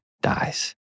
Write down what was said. dies